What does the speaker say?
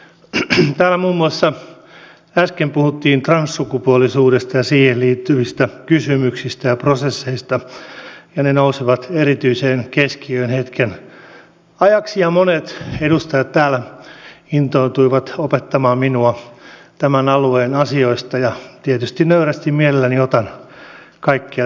täällä muun muassa äsken puhuttiin transsukupuolisuudesta ja siihen liittyvistä kysymyksistä ja prosesseista ja ne nousevat erityiseen keskiöön hetken ajaksi ja monet edustajat täällä intoutuivat opettamaan minua tämän alueen asioista ja tietysti nöyrästi ja mielelläni otan kaikkea tietoa vastaan